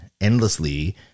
endlessly